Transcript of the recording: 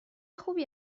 خوبی